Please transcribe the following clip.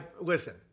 Listen